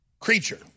creature